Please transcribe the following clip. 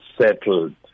settled